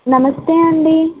నమస్తే అండి